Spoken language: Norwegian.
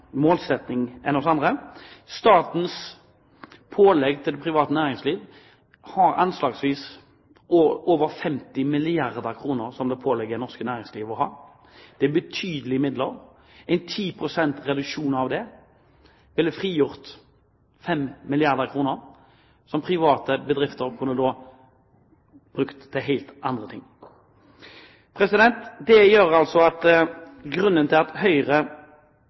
enn oss andre. Statens pålegg til det private næringsliv er på anslagsvis over 50 milliarder kr. Det er betydelige midler. En 10 pst. reduksjon av det ville ha frigjort 5 milliarder kr, som private bedrifter kunne ha brukt til helt andre ting. Grunnen til at Høyre stemmer imot Fremskrittspartiets forslag, er at de kommer litt stykkevis og delt. Vi mener at